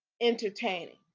entertaining